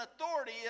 authority